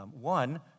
One